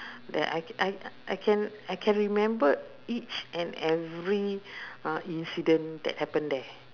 that I I I can I can remember each and every uh incident that happened there